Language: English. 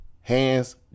Hands